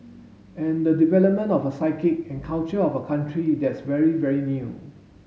and the development of a psyche and culture of a country that's very very new